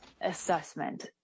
assessment